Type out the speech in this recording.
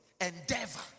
Endeavor